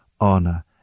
honor